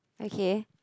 okay